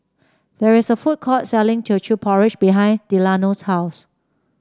there is a food court selling Teochew Porridge behind Delano's house